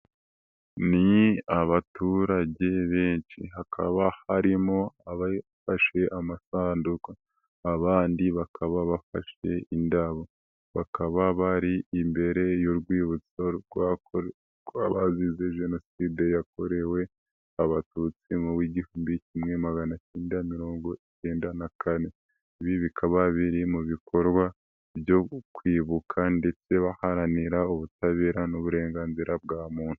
Ni abaturage benshi, hakaba harimo abafashe amasanduku abandi bakaba bafashe indabo, bakaba bari imbere y'urwibutso rw'abazize Jenoside yakorewe abatutsi mu gihumbi kimwe maganacyenda na mirongo cyenda na kane, ibi bikaba biri mu bikorwa byo kwibuka ndetse baharanira ubutabera n'uburenganzira bwa muntu.